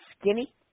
skinny